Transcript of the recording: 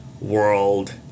world